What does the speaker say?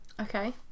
Okay